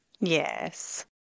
yes